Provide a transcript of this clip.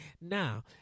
Now